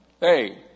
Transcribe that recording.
Hey